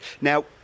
now